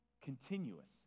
continuous